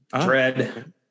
Dread